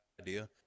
idea